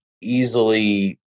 easily